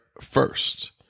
first